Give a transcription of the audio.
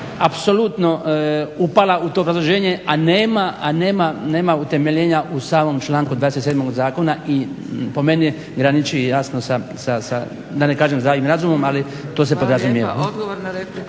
apsolutno upala u to obrazloženje, a nema utemeljenja u samom članku 27. Zakona i po meni graniči jasno sa da ne kažem zdravim razumom ali to se podrazumijeva.